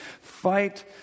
Fight